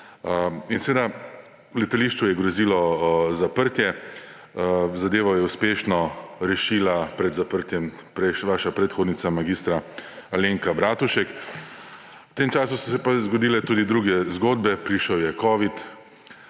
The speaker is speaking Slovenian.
In seveda letališču je grozilo zaprtje. Zadevo je uspešno rešila pred zaprtjem vaša predhodnica mag. Alenka Bratušek. V tem času so se pa zgodile tudi druge zgodbe. Prišel je covid,